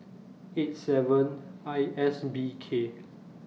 eight seven I S B K